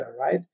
right